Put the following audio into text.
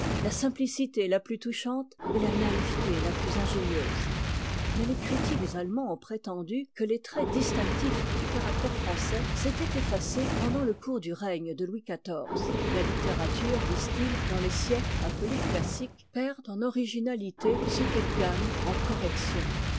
la simplicité la plus touchante et la naïveté la plus ingénieuse mais les critiques allemands ont prétendu que les traits distinctifs du caractère français s'étaient effacés pendant le cours du règne de louis xiv la littérature disent-ils dans les siècles appelés classiques perd en originalité ce qu'elle gagne en correction